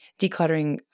decluttering